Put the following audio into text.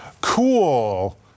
cool